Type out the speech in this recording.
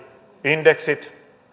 indeksit